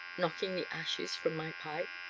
knocking the ashes from my pipe,